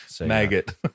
Maggot